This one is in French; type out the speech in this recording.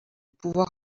pouvoir